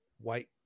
white